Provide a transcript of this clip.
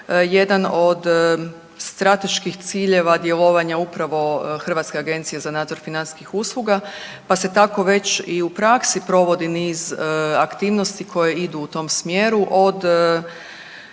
jedan od strateških ciljeva djelovanja upravo Hrvatske agencije za nadzor financijskih usluga, pa se tako već i u praksi provodi niz aktivnosti koje idu u tom smjeru,